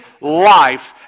life